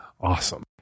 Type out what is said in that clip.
awesome